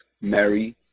Mary